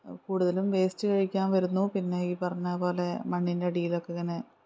കൂടുതലും വേസ്റ്റ് കഴിക്കാൻ വരുന്നു പിന്നെ ഈ പറഞ്ഞതുപോലെ മണ്ണിൻ്റെ അടിയിലൊക്കെ ഇങ്ങനെ